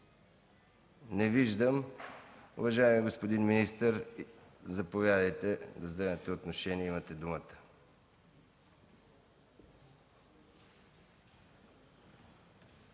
Не виждам. Уважаеми господин министър, заповядайте да вземете отношение, имате думата.